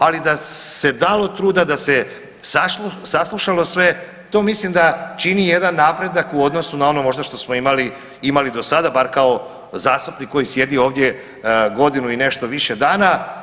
Ali da se dalo truda, da se saslušalo sve to mislim da čini jedan napredak u odnosu na ono možda što smo imali do sada bar kao zastupnik koji sjedi ovdje godinu i nešto više dana.